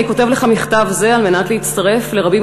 אני כותב לך מכתב זה על מנת להצטרף לרבים